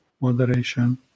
moderation